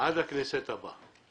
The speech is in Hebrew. עד הכנסת הבאה,